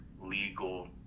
legal